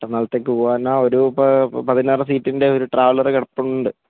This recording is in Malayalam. ഒരു പതിനാറ് സീറ്റിൻ്റെ ഒരു ട്രാവലർ കിടപ്പുണ്ട്